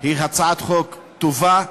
היא הצעת חוק טובה,